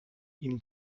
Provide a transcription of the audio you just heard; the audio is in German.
ihnen